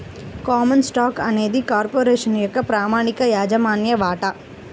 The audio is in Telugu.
కామన్ స్టాక్ అనేది కార్పొరేషన్ యొక్క ప్రామాణిక యాజమాన్య వాటా